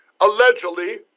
Allegedly